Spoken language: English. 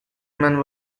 men